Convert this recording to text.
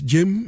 Jim